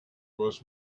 was